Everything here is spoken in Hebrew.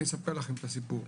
אני אספר לכם את הסיפור,